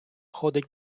ходить